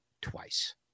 twice